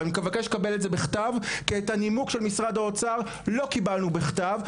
ואני מבקש לקבל את זה בכתב כי את הנימוק של משרד האוצר לא קיבלנו בכתב,